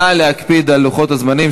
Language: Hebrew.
נא להקפיד על לוחות הזמנים.